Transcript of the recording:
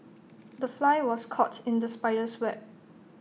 the fly was caught in the spider's web